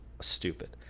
stupid